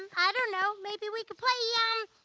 i don't know, maybe we could play um,